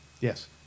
Yes